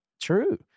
true